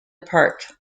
apart